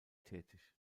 tätig